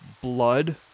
blood